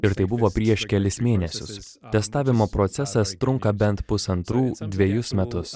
ir tai buvo prieš kelis mėnesius testavimo procesas trunka bent pusantrų dvejus metus